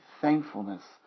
thankfulness